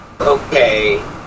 okay